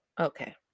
okay